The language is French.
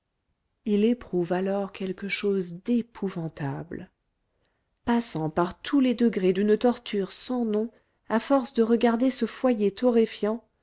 il éprouve alors quelque chose d'épouvantable passant par tous les degrés d'une torture sans nom à force de regarder ce foyer torréfiant